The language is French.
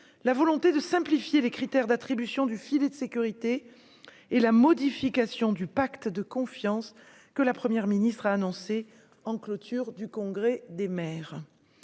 la volonté de simplifier les critères d'attribution du filet de sécurité et la modification du pacte de confiance que la première ministre a annoncé en clôture du congrès des maires,